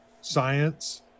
science